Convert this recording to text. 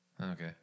Okay